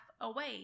away